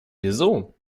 wieso